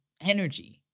energy